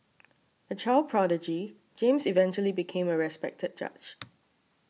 a child prodigy James eventually became a respected judge